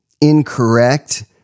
incorrect